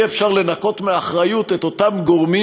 אי-אפשר לנקות מאחריות את אותם גורמים